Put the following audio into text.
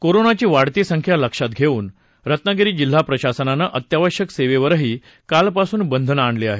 करोनाची वाढती संख्या लक्षात घेऊन रत्नागिरी जिल्हा प्रशासनानं अत्यावश्यक सेवेवरही कालपासून बंधनं आणली आहेत